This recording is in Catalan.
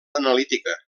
analítica